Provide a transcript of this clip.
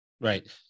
Right